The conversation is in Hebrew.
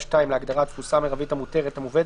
החדש (הוראת שעה) (הגבלת פעילות והוראות נוספות)